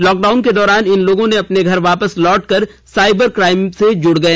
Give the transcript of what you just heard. lock down के दौरान इन लोगों ने अपने घर वापस लौट कर साइबर क्राइम में से जुड गए